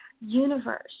universe